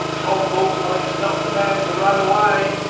tom mortlake's not the man to run away.